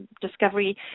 discovery